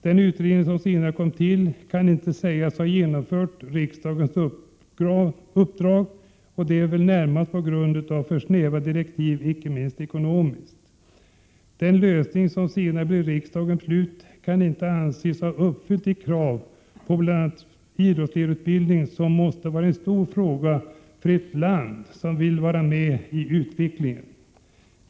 Den utredning som senare kom till kan inte sägas ha genomfört riksdagens uppdrag, närmast på grund av för snäva direktiv, icke minst ekonomiskt. Den lösning som senare blev riksdagens beslut kan inte anses ha uppfyllt det krav som finns när det bl.a. gäller idrottsledarutbildning, som måste vara en stor fråga för ett land som vill följa med i utvecklingen.